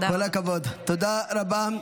כל הכבוד, תודה רבה.